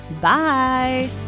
Bye